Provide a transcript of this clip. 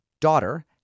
daughter